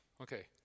Okay